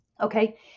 Okay